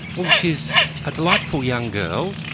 well she's a delightful young girl.